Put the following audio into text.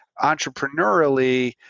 Entrepreneurially